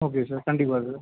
okay sir கண்டிப்பாக sir